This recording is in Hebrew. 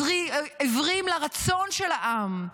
עיוורים לרצון של העם.